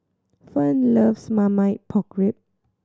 Fern loves Marmite Pork Ribs